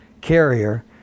Carrier